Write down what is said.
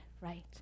right